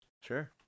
Sure